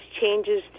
changes